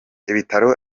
ibitaro